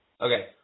Okay